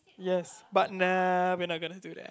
yes but nah we not gonna do that